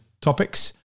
topics